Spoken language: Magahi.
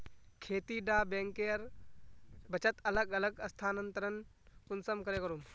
खेती डा बैंकेर बचत अलग अलग स्थानंतरण कुंसम करे करूम?